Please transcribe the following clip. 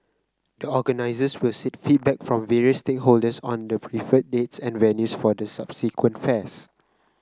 the organisers will seek feedback from various stakeholders on the preferred dates and venues for the subsequent fairs